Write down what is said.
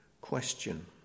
question